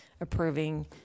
approving